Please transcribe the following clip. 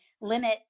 limit